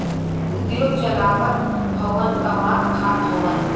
उद्योग चलावत हउवन कमात खात हउवन